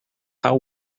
how